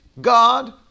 God